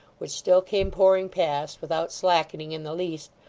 which still came pouring past, without slackening in the least,